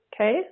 okay